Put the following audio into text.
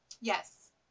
yes